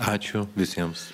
ačiū visiems